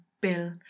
bill